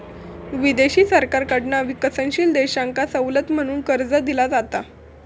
विदेशी सरकारकडना विकसनशील देशांका सवलत म्हणून कर्ज दिला जाता